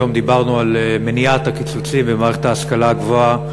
היום דיברנו על מניעת הקיצוצים במערכת ההשכלה הגבוהה.